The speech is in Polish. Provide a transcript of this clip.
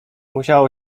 musiało